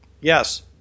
Yes